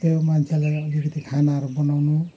त्यही हो मान्छेलाई अलिकति खानाहरू बनाउनु